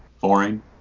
Boring